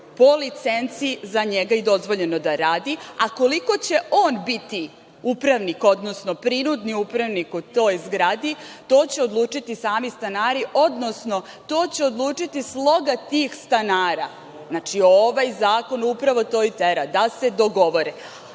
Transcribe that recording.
po licenci za njega i dozvoljeno da radi. Koliko će on biti upravnik, odnosno prinudni upravnik u toj zgradi, to će odlučiti sami stanari, odnosno to će odlučiti sloga tih stanara. Znači, ovaj zakon upravo to i tera, da se dogovore.